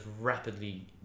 rapidly